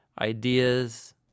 ideas